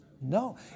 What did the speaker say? No